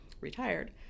retired